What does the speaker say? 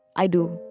i do.